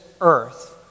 earth